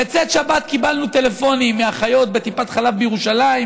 בצאת שבת קיבלנו טלפונים מאחיות בטיפת חלב בירושלים,